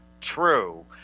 true